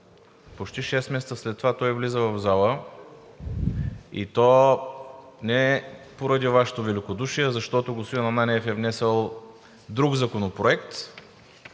Почти шест месеца след това той влиза в залата, и то не поради Вашето великодушие, а защото господин Ананиев е внесъл друг законопроект,